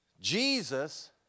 Jesus